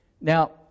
Now